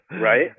Right